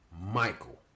Michael